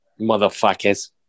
Motherfuckers